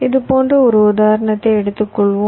இது போன்ற ஒரு உதாரணத்தை எடுத்துள்ளோம்